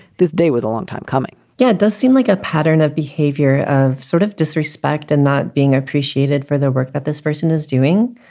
this day was a long time coming yeah, it does seem like a pattern of behavior, of sort of disrespect and not being appreciated for the work that this person is doing.